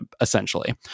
essentially